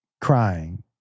crying